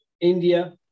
India